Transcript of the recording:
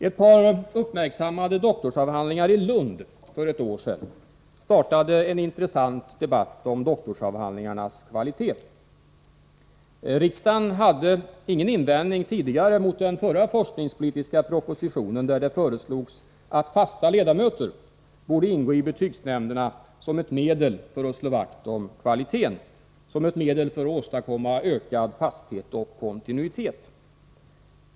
Ett par uppmärksammade doktorsavhandlingar i Lund för ett år sedan startade en intressant debatt om doktorsavhandlingarnas kvalitet. Riksdagen hade ingen invändning tidigare mot den förra forskningspolitiska propositionen, där det föreslogs att fasta ledamöter borde ingå i betygsnämnderna som ett medel att slå vakt om kvaliteten, som ett medel att åstadkomma fasthet och kontinuitet.